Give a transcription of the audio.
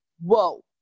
whoa